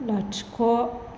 लाथिख'